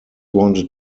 wanted